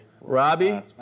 Robbie